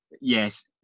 Yes